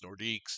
Nordiques